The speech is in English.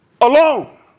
alone